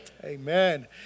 Amen